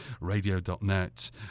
Radio.net